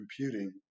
computing